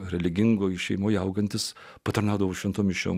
religingoje šeimoje augantis patarnaudavau šventom mišiom